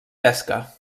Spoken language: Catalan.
pesca